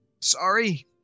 Sorry